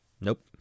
Nope